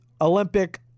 Olympic